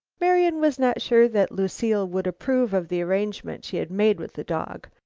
marian was not sure that lucile would approve of the arrangement she had made with the dog,